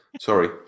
sorry